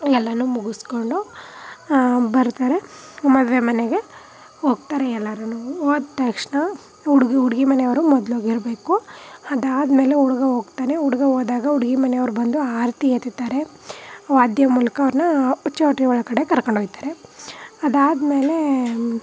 ಎಲ್ಲನೂ ಮುಗಿಸ್ಕೊಂಡು ಬರ್ತಾರೆ ಮದುವೆ ಮನೆಗೆ ಹೋಗ್ತಾರೆ ಎಲ್ಲರೂ ಹೋದ ತಕ್ಷಣ ಹುಡ್ಗ ಹುಡ್ಗಿ ಮನೆಯವರು ಮೊದ್ಲು ಹೋಗಿರ್ಬೇಕು ಅದಾದ್ಮೇಲೆ ಹುಡ್ಗ ಹೋಗ್ತಾನೆ ಹುಡ್ಗ ಹೋದಾಗ ಹುಡ್ಗಿ ಮನೆಯವ್ರು ಬಂದು ಆರತಿ ಎತ್ತಿತ್ತಾರೆ ವಾದ್ಯ ಮೂಲಕ ಅವ್ರನ್ನ ಚೌಲ್ಟ್ರಿ ಒಳಗಡೆ ಕರ್ಕೊಂಡೋಗ್ತಾರೆ ಅದಾದ್ಮೇಲೆ